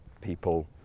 people